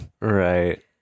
right